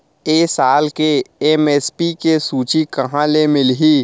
ए साल के एम.एस.पी के सूची कहाँ ले मिलही?